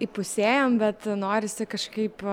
įpusėjom bet norisi kažkaip